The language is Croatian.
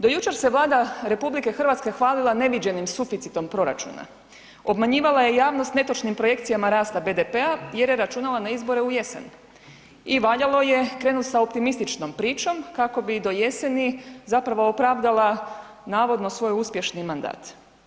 Do jučer se Vlada RH hvalila neviđenim suficitom proračuna, obmanjivala je javnost netočnim projekcijama rasta BDP-a jer je računala na izbore u jesen i valjalo je krenuti sa optimističnom pričom kako bi do jeseni zapravo opravdalo navodno svoj uspješni mandat.